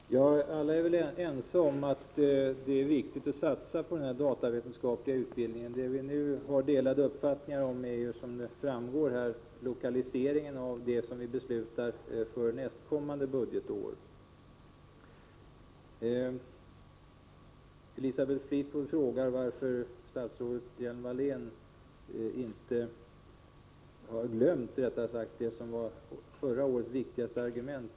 Fru talman! Alla är väl ense om att det är viktigt att satsa på den datavetenskapliga utbildningen. Vad vi nu har delade uppfattningar om är, som framgått, lokaliseringen av den satsning som vi beslutar om för nästkommande budgetår. Elisabeth Fleetwood frågar varför statsrådet Hjelm-Wallén har glömt det som var förra årets viktigaste argument.